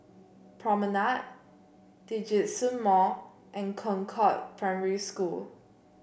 Promenade Djitsun Mall and Concord Primary School